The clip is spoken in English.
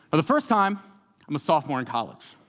but the first time, i'm a sophomore in college.